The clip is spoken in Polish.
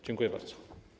Dziękuję bardzo.